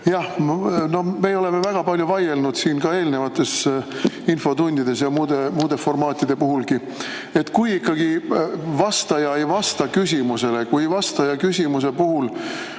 Jah, me oleme väga palju vaielnud siin ka eelmistes infotundides ja muudegi formaatide puhul, et kui ikkagi vastaja ei vasta küsimusele, kui vastaja hakkab küsimuse puhul